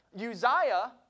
Uzziah